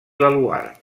baluard